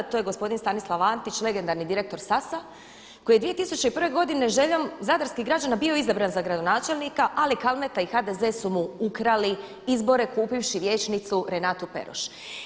To je gospodin Stanislav Antić, legendarni direktor SAS-a koji je 2001. godine željom zadarskih građana bio izabran za gradonačelnika, ali Kalmeta i HDZ su mu ukrali izbore kupivši vijećnicu Renatu Peroš.